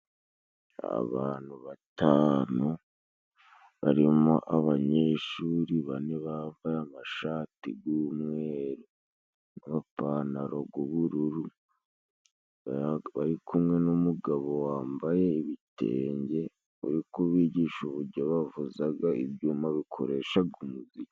Abantu batanu barimo abanyeshuri bane bambaye amashati g'umweru, n'amapantaro g'ubururu bari kumwe n'umugabo wambaye ibitenge, kubi bigisha uburyo bavuzaga ibyuma bikoresha umuziki.